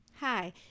Hi